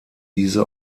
diese